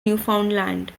newfoundland